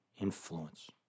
influence